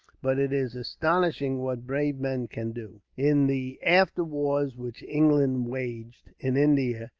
but it is astonishing what brave men can do. in the after wars which england waged, in india,